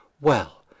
Well